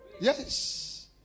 Yes